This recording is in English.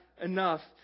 enough